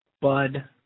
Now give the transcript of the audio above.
Bud